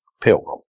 Pilgrim